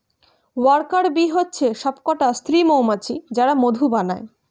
worker bee হচ্ছে সবকটা স্ত্রী মৌমাছি যারা মধু বানায়